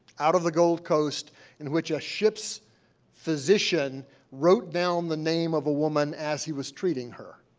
out of the gold coast in which a ship's physician wrote down the name of a woman as he was treating her.